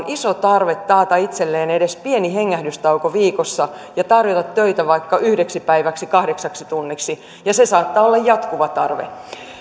iso tarve taata itselleen edes pieni hengähdystauko viikossa ja tarjota töitä vaikka yhdeksi päiväksi kahdeksaksi tunniksi ja se saattaa olla jatkuva tarve